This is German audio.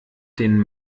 den